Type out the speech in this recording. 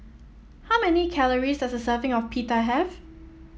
how many calories does a serving of Pita have